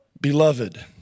Beloved